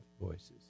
voices